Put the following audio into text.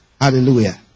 Hallelujah